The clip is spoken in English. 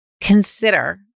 consider